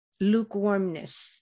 lukewarmness